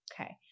Okay